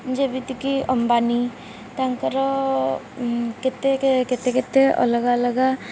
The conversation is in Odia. ଯେମିତିକି ଅମ୍ବାନୀ ତାଙ୍କର କେତେ କେତେ କେତେ ଅଲଗା ଅଲଗା